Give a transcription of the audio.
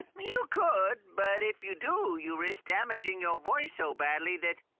you could, but if you do, you risk damaging your voice so badly that.